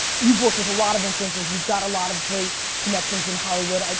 you've worked with a lot of influencers. you've got a lot of great connections in hollywood.